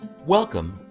Welcome